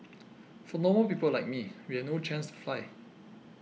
for normal people like me we had no chance to fly